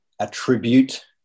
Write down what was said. attribute